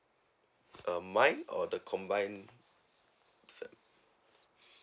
um mine or the combined